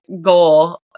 goal